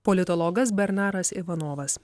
politologas bernaras ivanovas